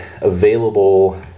available